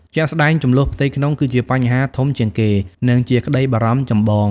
ជាក់ស្ដែង ជម្លោះផ្ទៃក្នុង គឺជាបញ្ហាធំជាងគេ និងជាក្តីបារម្ភចម្បង។